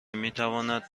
میتواند